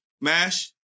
Mash